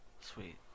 Sweet